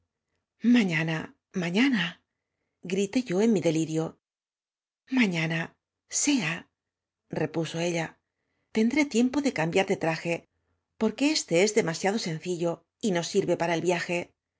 maijana mañana grité yo en mi delirio miinana seat repuso ella tendré tiempo de cambiar de traje porque este es demasiado sencillo y no s i m para el vidje